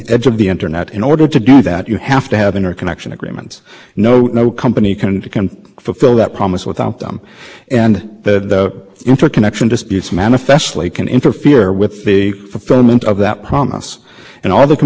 classified as such by virtue of their relationship with their end user customers and one of the obligations that was imposed on them was in fact interconnection they had to interconnect their networks with each other and that wasn't because anybody understood them to be holding out interconnection to other networks on a common